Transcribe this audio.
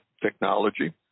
technology